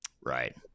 Right